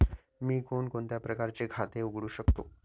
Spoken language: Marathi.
मी कोणकोणत्या प्रकारचे खाते उघडू शकतो?